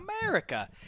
America